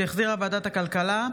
שהחזירה ועדת הכלכלה,